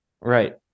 Right